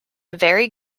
very